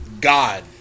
god